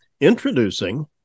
introducing